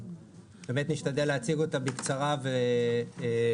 נשתדל באמת להציג אותה בקצרה ובמהירות.